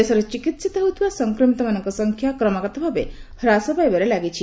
ଦେଶରେ ଚିକିିିିତ ହେଉଥିବା ସଂକ୍ରମିତମାନଙ୍କ ସଂଖ୍ୟା କ୍ରମାଗତ ଭାବେ ହ୍ରାସ ପାଇବାରେ ଲାଗିଛି